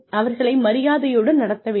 அவர்களை மரியாதையுடன் நடத்த வேண்டும்